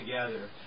together